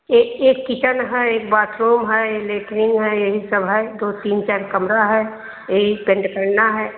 एक एक किचन है एक बाथरूम है लेट्रीन है यही सब है दो तीन चार कमरा है यही पेंट करना है